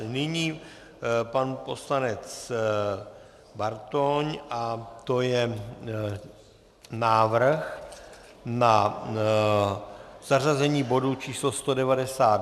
Nyní pan poslanec Bartoň a to je návrh na zařazení bodu číslo 192...